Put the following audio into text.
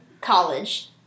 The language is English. college